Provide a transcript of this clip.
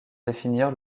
définir